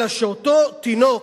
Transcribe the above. אלא שאותו תינוק